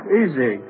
easy